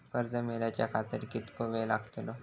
कर्ज मेलाच्या खातिर कीतको वेळ लागतलो?